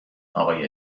آقای